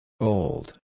Old